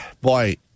boy